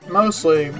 mostly